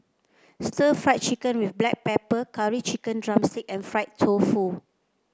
stir Fry Chicken with Black Pepper Curry Chicken drumstick and Fried Tofu